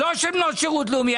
לא של בנות שירות לאומי.